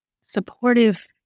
supportive